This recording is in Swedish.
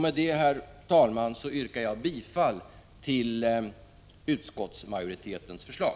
Med det, herr talman, yrkar jag bifall till utskottsmajoritetens förslag.